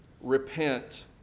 repent